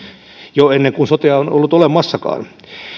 jo ennen kuin sotea on ollut olemassakaan